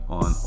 on